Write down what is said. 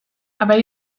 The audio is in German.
aber